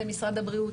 אם זה משרד הבריאות,